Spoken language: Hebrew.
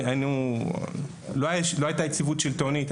לא הייתה יציבות שלטונית,